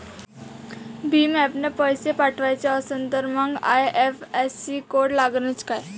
भीम ॲपनं पैसे पाठवायचा असन तर मंग आय.एफ.एस.सी कोड लागनच काय?